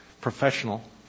professional